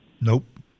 Nope